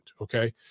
Okay